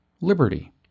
liberty